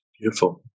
Beautiful